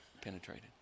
penetrated